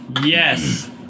yes